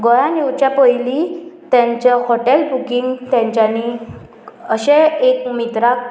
गोंयान येवच्या पयली तेंचें हॉटेल बुकींग तेंच्यांनी अशें एक मित्राक